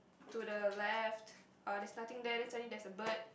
to the left uh there's nothing there then suddenly there's a bird